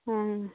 অঁ